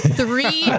three